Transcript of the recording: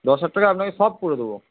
দশ হাজার টাকায় আপনাকে সব করে দেব